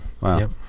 wow